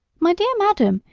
my dear madam,